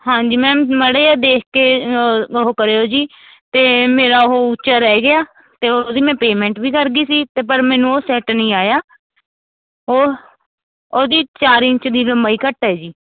ਹਾਂਜੀ ਮੈਮ ਮਾੜਾ ਜਿਹਾ ਦੇਖ ਕੇ ਉਹ ਕਰਿਓ ਜੀ ਅਤੇ ਮੇਰਾ ਉਹ ਉੱਚਾ ਰਹਿ ਗਿਆ ਅਤੇ ਉਹਦੀ ਮੈਂ ਪੇਮੈਂਟ ਵੀ ਕਰ ਗਈ ਸੀ ਅਤੇ ਪਰ ਮੈਨੂੰ ਉਹ ਸੈਟ ਨਹੀਂ ਆਇਆ ਉਹ ਉਹਦੀ ਚਾਰ ਇੰਚ ਦੀ ਲੰਬਾਈ ਘੱਟ ਹੈ ਜੀ